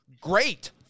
great